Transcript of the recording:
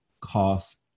cost